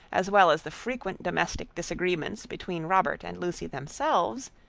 as well as the frequent domestic disagreements between robert and lucy themselves,